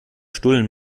stullen